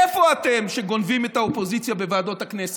איפה אתם כשגונבים את האופוזיציה בוועדות הכנסת?